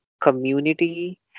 community